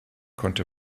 konnte